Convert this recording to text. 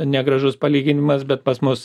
negražus palyginimas bet pas mus